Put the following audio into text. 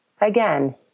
Again